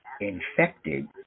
infected